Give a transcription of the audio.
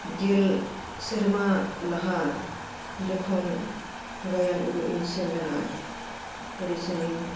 ᱜᱮᱞ ᱥᱮᱨᱢᱟ ᱞᱟᱦᱟ ᱡᱚᱠᱷᱚᱱ ᱜᱟᱭᱟᱱ ᱩᱫᱩᱜ ᱤᱧ ᱥᱮᱱ ᱞᱮᱱᱟ ᱟᱹᱰᱤ ᱥᱟᱺᱜᱤᱧ